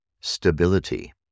stability